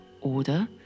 Oder